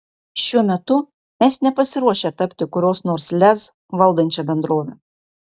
šiuo metu mes nepasiruošę tapti kurios nors lez valdančia bendrove